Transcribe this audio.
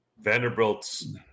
Vanderbilt's